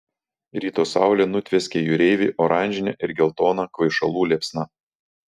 ryto saulė nutvieskė jūreivį oranžine ir geltona kvaišalų liepsna